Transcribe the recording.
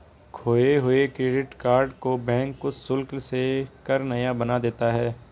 खोये हुए credit card को बैंक कुछ शुल्क ले कर नया बना देता है